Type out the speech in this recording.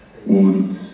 Und